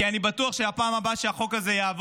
כי אני בטוח שבפעם הבאה שהחוק הזה יעלה